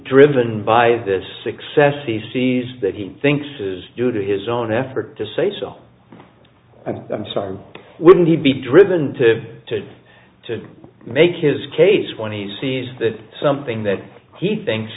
driven by this success he sees that he thinks is due to his own effort to say so i'm sorry wouldn't he be driven to to make his case when he sees that something that he thinks